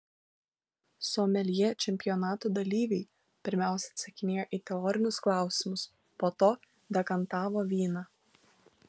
someljė čempionato dalyviai pirmiausia atsakinėjo į teorinius klausimus po to dekantavo vyną